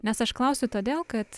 nes aš klausiu todėl kad